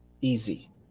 easy